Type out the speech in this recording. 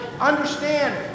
understand